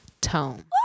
tone